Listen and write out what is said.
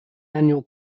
annual